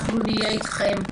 אנחנו נהיה אתכן.